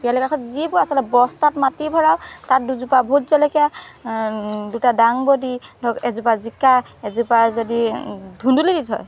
পিৰালিৰ কাষত যিবোৰ আচলতে বস্তাত মাটি ভৰাই তাত দুজোপা ভোট জলকীয়া দুটা দাংবডি ধৰক এজোপা জিকা এজোপা যদি ধুন্দুলি দি থয়